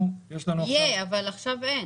יהיה, אבל עכשיו אין.